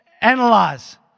analyze